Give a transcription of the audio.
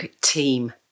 team